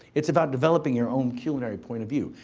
it's about developing your own culinary point of view.